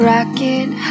Rocket